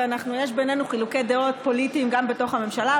ויש בינינו חילוקי דעות פוליטיים גם בתוך הממשלה,